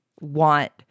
want